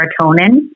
serotonin